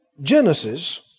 Genesis